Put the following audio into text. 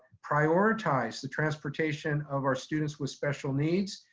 prioritize the transportation of our students with special needs.